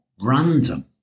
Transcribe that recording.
random